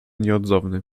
nieodzowny